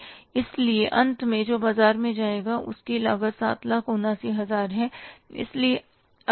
इसलिए अंत में जो बाजार में जाएगा उस की लागत 779000 है